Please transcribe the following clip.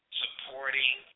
supporting